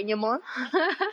ah